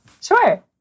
Sure